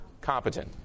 Competent